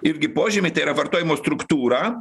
irgi požymiai tai yra vartojimo struktūra